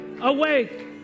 Awake